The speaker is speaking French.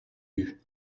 eue